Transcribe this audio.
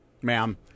ma'am